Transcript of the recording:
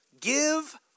give